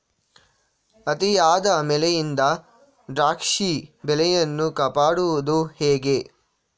ಅತಿಯಾದ ಮಳೆಯಿಂದ ದ್ರಾಕ್ಷಿ ಬೆಳೆಯನ್ನು ಕಾಪಾಡುವುದು ಹೇಗೆ?